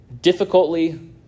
difficultly